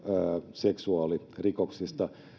seksuaalirikoksista